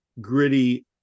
gritty